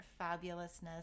fabulousness